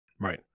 Right